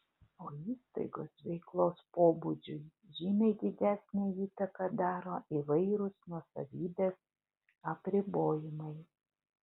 o įstaigos veiklos pobūdžiui žymiai didesnę įtaką daro įvairūs nuosavybės apribojimai